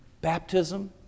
baptism